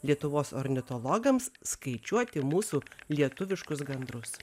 lietuvos ornitologams skaičiuoti mūsų lietuviškus gandrus